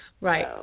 Right